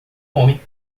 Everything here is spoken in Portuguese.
homem